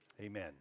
Amen